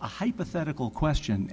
a hypothetical question